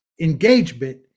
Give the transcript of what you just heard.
engagement